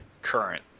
current